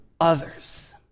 others